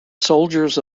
soldiers